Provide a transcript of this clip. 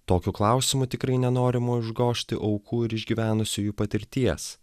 tokiu klausimu tikrai nenorim užgožti aukų ir išgyvenusiųjų patirties